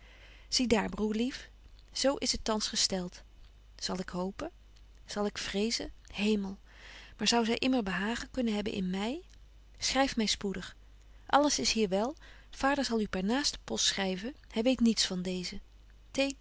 zie daar broêr lief zo is het thans gestelt zal ik hopen zal ik vreezen hemel maar zou zy immer behagen kunnen hebben in my schryf my spoedig alles is hier wel vader zal u per naaste post schryven hy weet niets van deezen